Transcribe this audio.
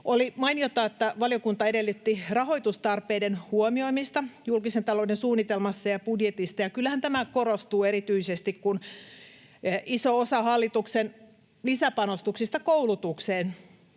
Oli mainiota, että valiokunta edellytti rahoitustarpeiden huomioimista julkisen talouden suunnitelmassa ja budjetissa, ja kyllähän tämä korostuu erityisesti, kun iso osa hallituksen lisäpanostuksista koulutukseen